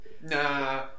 Nah